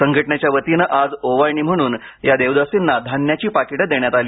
संघटनेच्या वतीने आज ओवाळणी म्हणून या देवदासींना धान्याची पाकिटे देण्यात आली